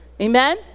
amen